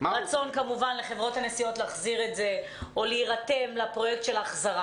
רצון להחזיר את זה או להירתם לפרויקט של החזרה.